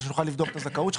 כדי שנוכל לבדוק את הזכאות שלך,